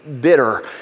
bitter